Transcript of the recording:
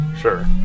sure